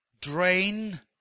drain